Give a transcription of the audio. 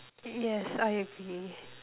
yes I agree